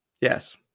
yes